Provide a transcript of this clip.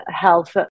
health